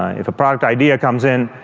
ah if a product idea comes in,